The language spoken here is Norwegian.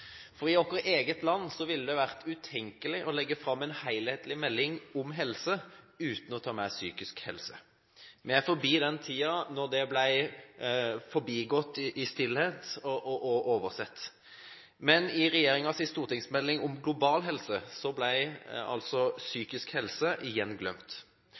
I vårt eget land ville det vært utenkelig å legge fram en helhetlig melding om helse uten å ta med psykisk helse. Vi er forbi den tiden da dette ble forbigått i stillhet og oversett. Men i regjeringens stortingsmelding om global helse ble altså